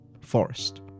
forest